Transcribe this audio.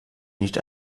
nicht